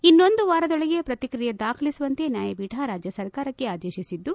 ಇನ್ನೊಂದು ವಾರದೊಳಗೆ ಪ್ರತಿಕ್ರಿಯೆ ದಾಖಲಿಸುವಂತೆ ನ್ಯಾಯಪೀಠ ರಾಜ್ಯ ಸರ್ಕಾರಕ್ಕೆ ಆದೇಶಿಸಿದ್ದು